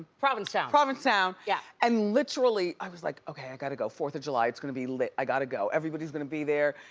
provincetown. provincetown, yeah and literally i was like, okay, i gotta go, fourth of july, it's gonna be lit, i gotta go, everybody's gonna be there,